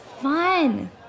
fun